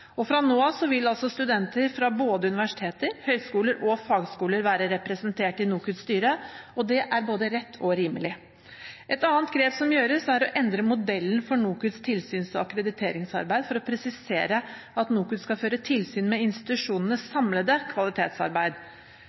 fagskolestudentene. Fra nå av vil altså studenter fra både universiteter, høyskoler og fagskoler være representert i NOKUTs styre, og det er både rett og rimelig. Et annet grep som gjøres, er å endre modellen for NOKUTs tilsyns- og akkrediteringsarbeid for å presisere at NOKUT skal føre tilsyn med institusjonenes samlede kvalitetsarbeid.